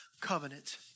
covenant